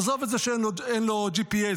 עזוב את זה שאין לו GPS,